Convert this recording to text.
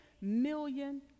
million